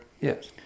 Yes